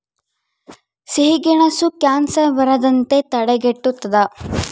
ಸಿಹಿಗೆಣಸು ಕ್ಯಾನ್ಸರ್ ಬರದಂತೆ ತಡೆಗಟ್ಟುತದ